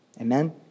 Amen